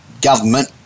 government